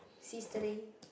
seize the day